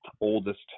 oldest